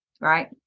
Right